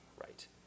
right